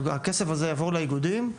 הכסף הזה יעבור לאיגודים.